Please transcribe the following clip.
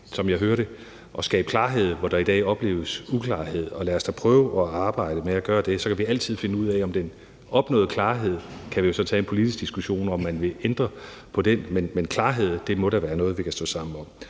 som jeg hører det, at skabe klarhed, hvor der i dag opleves uklarhed, og lad os da prøve at arbejde med at gøre det. Så kan vi altid tage en politisk diskussion om den opnåede klarhed, altså om man vil ændre på noget, men klarhed må da være noget, vi kan stå sammen om.